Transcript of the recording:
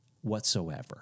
whatsoever